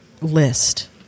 list